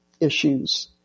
issues